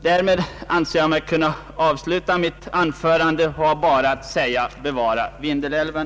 Därmed anser jag mig kunna avsluta mitt anförande och har bara att säga: Bevara Vindelälven!